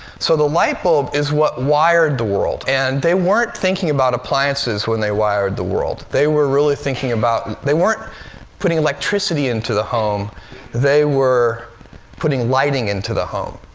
so the light bulb is what wired the world. and they weren't thinking about appliances when they wired the world. they were really thinking about and they weren't putting electricity into the home they were putting lighting into the home.